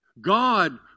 God